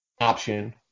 option